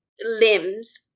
limbs